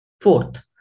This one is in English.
Fourth